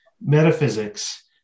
metaphysics